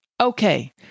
Okay